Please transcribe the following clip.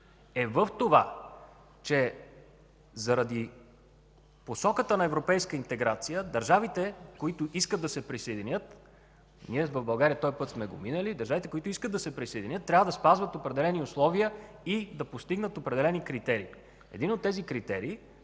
е в това, че заради посоката на европейска интеграция държавите, които искат да се присъединят, в България сме минали този път, трябва да спазват определени условия и да постигнат определени критерии. Един от тези критерии